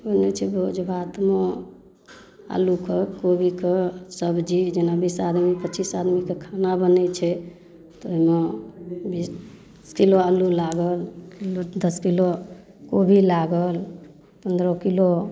बनै छै भोज भातमे आलूके कोबीके सब्जी जेना बीस आदमी पचीस आदमीके खाना बनै छै तऽ ओहिमे बीस किलो आलू लागल दस किलो कोबी लागल पनरह किलो